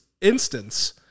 instance